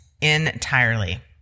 entirely